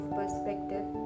perspective